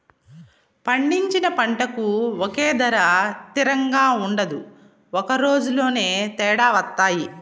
పండించిన పంటకు ఒకే ధర తిరంగా ఉండదు ఒక రోజులోనే తేడా వత్తాయి